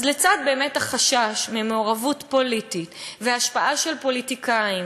אז לצד החשש ממעורבות פוליטית והשפעה של פוליטיקאים,